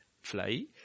fly